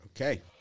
Okay